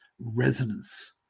resonance